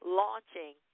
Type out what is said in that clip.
launching